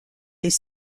des